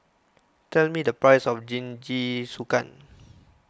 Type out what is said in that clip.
tell me the price of Jingisukan